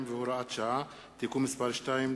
42 והוראת שעה) (תיקון מס' 2)